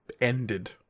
ended